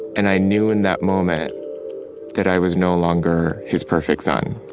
and i knew in that moment that i was no longer his perfect son.